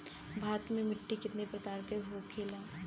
भारत में मिट्टी कितने प्रकार का होखे ला?